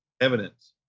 evidence